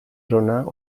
zona